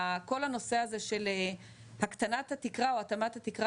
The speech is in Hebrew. כל הנושא הזה של הקטנת התקרה או התאמת התקרה